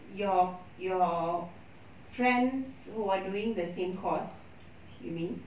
your f~ your friends friends who are doing the same course you mean